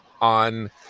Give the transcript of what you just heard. on